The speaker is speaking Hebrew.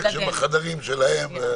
"והכל בהתחשב בחיוניות הנסיעה ומטרתה".